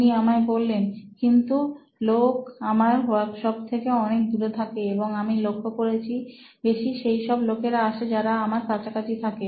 উনি আমায় বললেন কিন্তু লোক আমার ওয়ার্কশপ থেকে অনেক দূরে থাকে এবং আমি লক্ষ্য করেছি বেশি সেই সব লোকেরা আসে যারা আমার কাছাকাছি থাকে